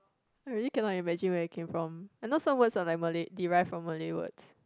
I really cannot imagine where I came from I know some words are like Malay derived from Malay words